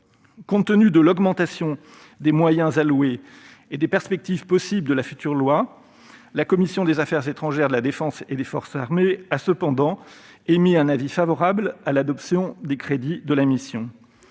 Compte tenu de l'augmentation des moyens alloués et eu égard aux perspectives que la future loi pourrait dessiner, la commission des affaires étrangères, de la défense et des forces armées a cependant émis un avis favorable à l'adoption des crédits de la mission.